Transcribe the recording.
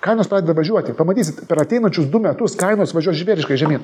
kainos pradeda važiuoti pamatysit per ateinančius du metus kainos važiuos žvėriškai žemyn